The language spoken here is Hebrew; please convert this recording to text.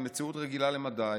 עם מציאות רגילה למדי,